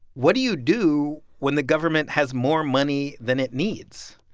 what do you do when the government has more money than it needs?